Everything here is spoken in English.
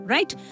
Right